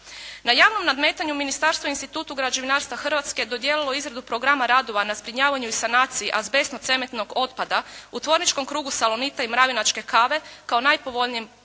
Na javnom nadmetanju ministarstvo je Institutu građevinarstva Hrvatske dodijelilo izradu programa radova na zbrinjavanju i sanaciji azbestno-cementnog otpada u tvorničkom krugu "Salonit" i "Mravinačke kave" kao najpovoljnijem